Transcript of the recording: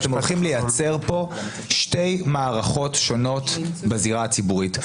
אתם הולכים לייצר פה שתי מערכות שונות בזירה הציבורית.